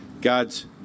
God's